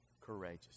courageous